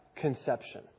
conception